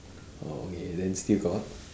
oh okay then still got